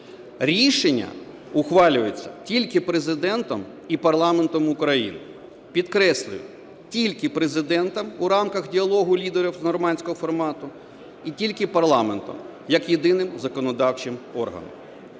Рішення ухвалюється тільки Президентом і парламентом України. Підкреслюю, тільки Президентом у рамках діалогу лідерів "нормандського формату" і тільки парламентом як єдиним законодавчим органом.